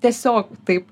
tiesiog taip